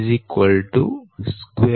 dc'a14 d5